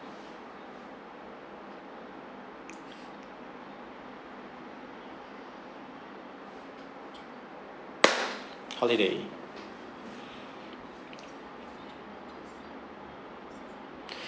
holiday